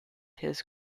his